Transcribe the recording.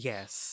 Yes